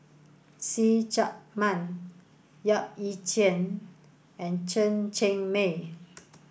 See Chak Mun Yap Ee Chian and Chen Cheng Mei